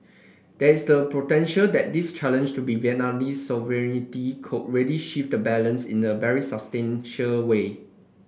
there is the potential that this challenge to Vietnamese sovereignty could really shift the balance in the very substantial way